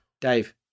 Dave